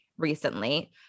recently